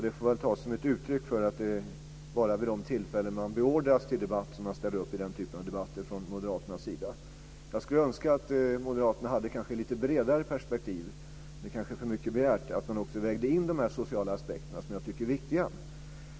Det får tas som ett uttryck för att det bara är vid de tillfällen då man beordras till debatt som man ställer upp i den typen av debatt från moderaternas sida. Jag skulle önska att moderaterna hade lite bredare perspektiv, men det är kanske för mycket begärt att de också vägde in de sociala aspekter som jag tycker är viktiga.